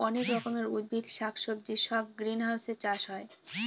অনেক রকমের উদ্ভিদ শাক সবজি সব গ্রিনহাউসে চাষ হয়